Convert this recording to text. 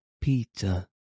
Peter